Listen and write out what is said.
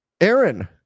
Aaron